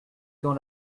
dans